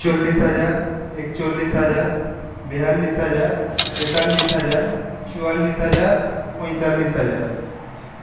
চল্লিশ হাজার একচল্লিশ হাজার বেয়াল্লিশ হাজার তেতাল্লিশ হাজার চুয়াল্লিশ হাজার পঁয়তাল্লিশ হাজার